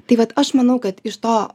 tai vat aš manau kad iš to